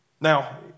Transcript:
Now